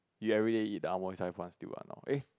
you everyday eat Ah Won cai fan still ah not eh